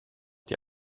die